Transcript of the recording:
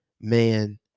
Man